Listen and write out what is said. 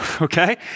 Okay